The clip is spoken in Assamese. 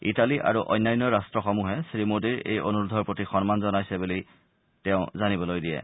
ইটালী আৰু অন্যান্য ৰাট্টসমূহে শ্ৰীমোদীৰ এই অনুৰোধৰ প্ৰতি সন্মতি জনাইছে বুলিও তেওঁ জানিবলৈ দিয়ে